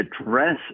address